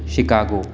Chicago